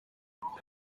umwe